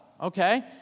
okay